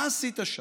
מה עשית שם?